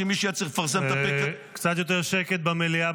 שמי שהיה צריך לפרסם --- קצת יותר שקט במליאה,